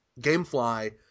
GameFly